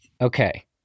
Okay